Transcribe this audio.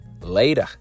later